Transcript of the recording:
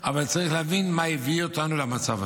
אבל צריך להבין מה הביא אותנו למצב הזה.